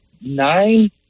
nine